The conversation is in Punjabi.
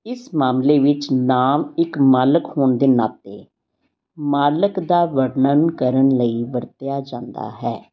ਇਸ ਮਾਮਲੇ ਵਿੱਚ ਨਾਂਵ ਇੱਕ ਮਾਲਕ ਹੋਣ ਦੇ ਨਾਤੇ ਮਾਲਕ ਦਾ ਵਰਣਨ ਕਰਨ ਲਈ ਵਰਤਿਆ ਜਾਂਦਾ ਹੈ